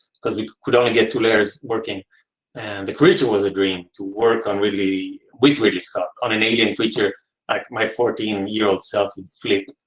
cause we could only get two layers working and the creature was agreeing to work on really, we've really stuck on an alien creature like my fourteen year old self and flipped.